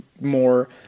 more